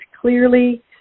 clearly